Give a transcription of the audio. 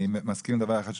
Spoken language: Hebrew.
אני מסכים לדבר אחד,